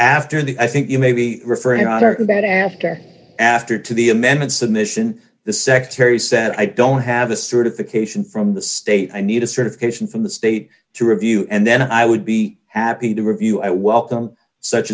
after the i think you may be referring are about after after to the amended submission the secretary said i don't have a certification from the state i need a certification from the state to review and then i would be happy to review i welcome such